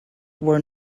were